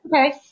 Okay